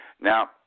Now